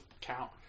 count